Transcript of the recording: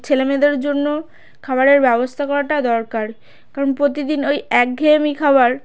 ছেলে মেয়েদের জন্য খাবারের ব্যবস্থা করাটা দরকার কারণ প্রতিদিন ওই একঘেয়েমি খাবার